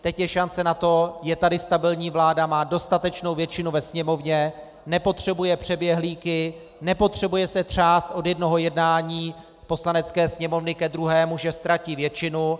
Teď je šance, je tady stabilní vláda, má dostatečnou většinu ve Sněmovně, nepotřebuje přeběhlíky, nepotřebuje se třást od jednoho jednání Poslanecké sněmovny ke druhému, že ztratí většinu.